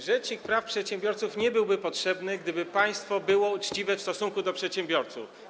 Rzecznik praw przedsiębiorców nie byłby potrzebny, gdyby państwo było uczciwe w stosunku do przedsiębiorców.